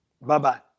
Bye-bye